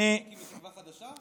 אתה מדבר עם הליכודניקים בשפה חדשה?